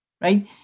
right